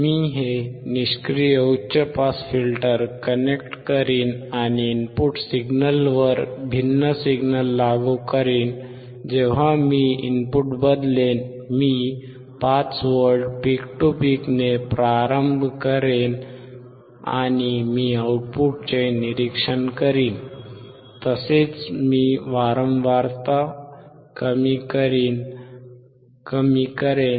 मी हे निष्क्रिय उच्च पास फिल्टर कनेक्ट करीन आणि इनपुट सिग्नलवर भिन्न सिग्नल लागू करीन जेव्हा मी इनपुट बदलेन मी 5V पीक टू पीकने प्रारंभ करेन आणि मी आउटपुटचे निरीक्षण करीन तसेच मी वारंवारता कमी करेन